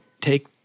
take